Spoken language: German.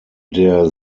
der